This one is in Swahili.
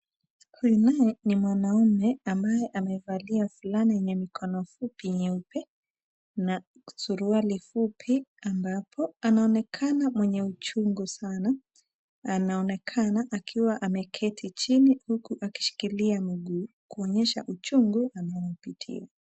Huyu naye ni mwanaume ambaye amevalia fulana yenye mikono fupi nyeupe na suruali fupi ambapo anaonekana mwenye uchungu sana na anaonekana akiwa ameketi chini huku akishikilia mguu kuonyesha uchungu anaoupitia.